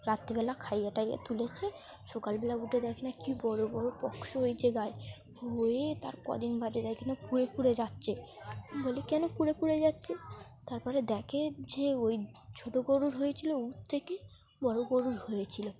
রাত্রিবেলা খাইয়ে টাইয়ে তুলেছে সকালবেলা উঠে দেখে না কী বড় বড় পকস হয়েছে গায়ে হয়ে তার কদিন বাদে দেখে না পুড়ে পুুড়ে যাচ্ছে বলি কেন পুড়ে পুড়ে যাচ্ছে তার পরে দেখে যে ওই ছোট গরুর হয়েছিল ওর থেকে বড় গরুর হয়েছিল